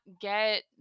get